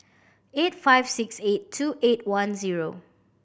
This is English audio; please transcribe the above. eight five six eight two eight one zero